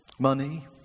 Money